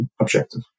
objective